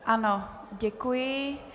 Ano, děkuji.